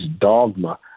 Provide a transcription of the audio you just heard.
dogma